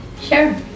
Sure